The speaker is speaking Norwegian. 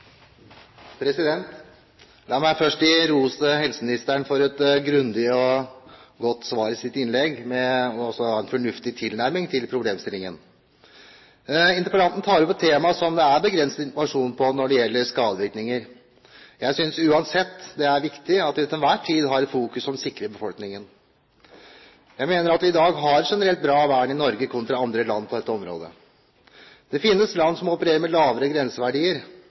La meg først gi ros til helseministeren for et grundig og godt svar i sitt innlegg og for også å ha en fornuftig tilnærming til problemstillingen. Interpellanten tar opp et tema som det er begrenset informasjon på når det gjelder skadevirkninger. Jeg synes uansett det er viktig at vi til enhver tid har et fokus som sikrer befolkningen. Jeg mener at vi i dag har et generelt bra vern i Norge kontra andre land på dette området. Det finnes land som opererer med lavere grenseverdier,